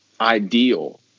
ideal